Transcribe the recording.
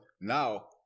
now